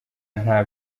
nta